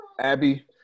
Abby